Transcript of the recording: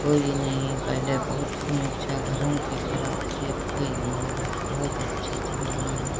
कोई यह नहीं पहले बहुत समीक्षा घरों की खराब थी अब कोई नहीं अब बहुत अच्छी चल रही हैं